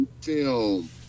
film